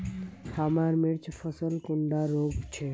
हमार मिर्चन फसल कुंडा रोग छै?